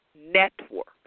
network